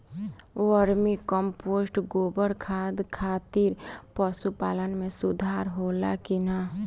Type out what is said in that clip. Vermi compost गोबर खाद खातिर पशु पालन में सुधार होला कि न?